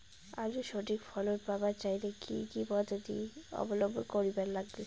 আলুর সঠিক ফলন পাবার চাইলে কি কি পদ্ধতি অবলম্বন করিবার লাগবে?